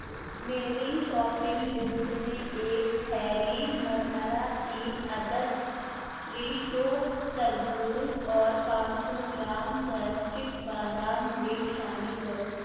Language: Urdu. میری شاپنگ لسٹ میں ایک تھیلی مرمرا تین عدد فریشو تربوز اور پانچ سو گرام سوئسٹک بادام ڈرنک شامل کرو